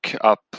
up